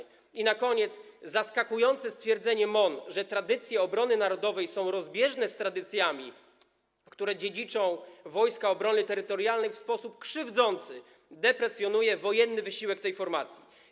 I na koniec: Zaskakujące stwierdzenie MON, że tradycje obrony narodowej są rozbieżne z tradycjami, które dziedziczą Wojska Obrony Terytorialnej, w sposób krzywdzący deprecjonuje wojenny wysiłek tej formacji.